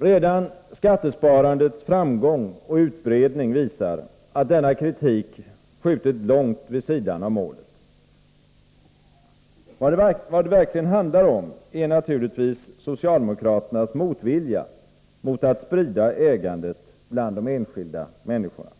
Redan skattesparandets framgång och utbredning visar att denna kritik skjutit långt vid sidan av målet. Vad det verkligen handlar om är naturligtvis socialdemokraternas motvilja mot att sprida ägandet bland de enskilda människorna.